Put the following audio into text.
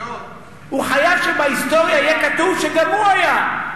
הוא חייב שבהיסטוריה יהיה כתוב שגם הוא היה.